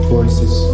Voices